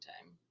time